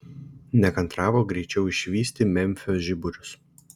nekantravo greičiau išvysti memfio žiburius